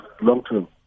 long-term